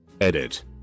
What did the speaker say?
Edit